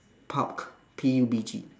pug P U B G